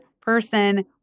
person